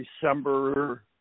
december